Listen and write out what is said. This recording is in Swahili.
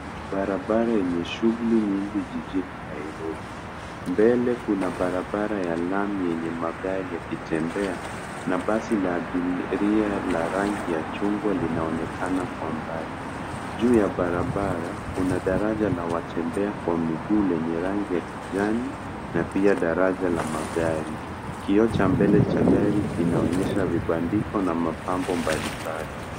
Barabara yenye shughuli nyingi jijini Nairobi. Mbele kuna barabara ya lami yenye magari yakitembea na basi na abiria la rangi ya chungwa linaonekana kwa mbali. Juu ya barabara, kuna daraja la watembea kwa miguu lenye rangi ya kijani na pia daraja la magari. Kioo cha mbele cha gari kinaonyesha vibandiko na mapambo mbali mbali.